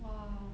!wah!